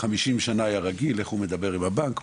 50 שנים היה רגיל איך הוא מדבר עם הבנק,